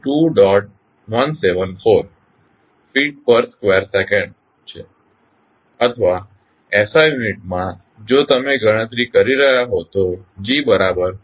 174 feet per second square છે અથવા SI unit માં જો તમે ગણતરી કરી રહ્યા હો તો g બરાબર 9